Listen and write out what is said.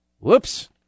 whoops